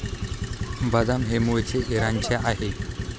बदाम हे मूळचे इराणचे आहे